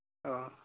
औ